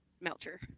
Melcher